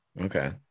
Okay